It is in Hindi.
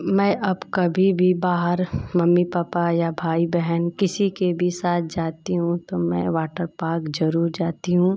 मैं अब कभी भी बाहर मम्मी पापा या भाई बहन किसी के भी साथ जाती हूँ तो मैं वाटर पार्क जरूर जाती हूँ